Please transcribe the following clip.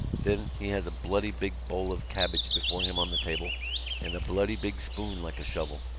then he has a bloody big bowl of cabbage before him on the table and a bloody big spoon like a shovel.